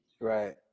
Right